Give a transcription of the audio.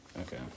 Okay